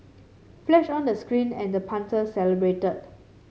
flash on the screen and the punter celebrated